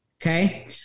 okay